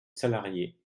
salariés